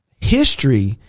history